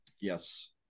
Yes